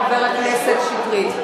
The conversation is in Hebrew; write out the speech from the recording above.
חבר הכנסת שטרית.